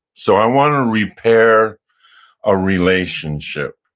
so i want to repair a relationship.